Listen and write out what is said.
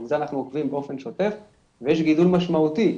ויש גידול משמעותי.